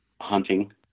hunting